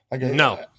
No